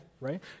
Right